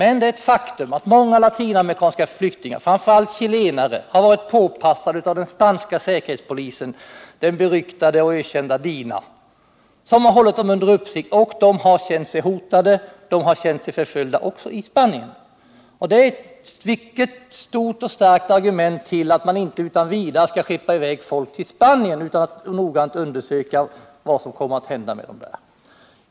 Men det är ett faktum att många latinamerikanska flyktingar, framför allt chilenare, har varit påpassade av den spanska säkerhetspolisen, den beryktade och ökända DINA, som har hållit dem under uppsikt. De har känt sig hotade och förföljda också i Spanien. Det är ett viktigt, stort och starkt argument för att man inte skall skicka i väg folk till Spanien utan att noggrant undersöka vad som kommer att hända med dem där.